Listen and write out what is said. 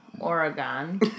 Oregon